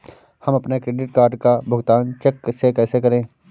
हम अपने credit card का भुगतान चेक से कैसे करें?